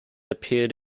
appeared